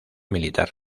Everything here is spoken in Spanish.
militar